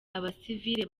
abasivili